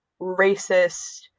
racist